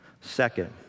Second